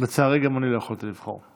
לצערי, גם אני לא יכולתי לבחור.